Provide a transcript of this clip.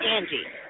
Angie